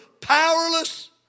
powerless